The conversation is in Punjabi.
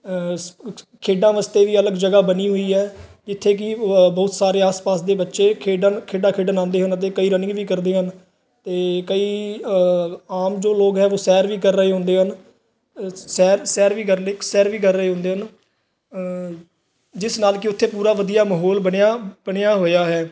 ਖੇਡਾਂ ਵਾਸਤੇ ਵੀ ਅਲੱਗ ਜਗ੍ਹਾ ਬਣੀ ਹੋਈ ਹੈ ਜਿੱਥੇ ਕਿ ਬਹੁਤ ਸਾਰੇ ਆਸ ਪਾਸ ਦੇ ਬੱਚੇ ਖੇਡਣ ਖੇਡਾਂ ਖੇਡਣ ਆਉਂਦੇ ਹਨ ਅਤੇ ਕਈ ਰਨਿੰਗ ਵੀ ਕਰਦੇ ਹਨ ਅਤੇ ਕਈ ਆਮ ਜੋ ਲੋਕ ਹੈ ਉਹ ਸੈਰ ਵੀ ਕਰ ਰਹੇ ਹੁੰਦੇ ਹਨ ਸੈਰ ਸੈਰ ਵੀ ਕਰਨ ਲਈ ਸੈਰ ਵੀ ਕਰ ਰਹੇ ਹੁੰਦੇ ਹਨ ਜਿਸ ਨਾਲ ਕਿ ਉੱਥੇ ਪੂਰਾ ਵਧੀਆ ਮਾਹੌਲ ਬਣਿਆ ਬਣਿਆ ਹੋਇਆ ਹੈ